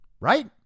Right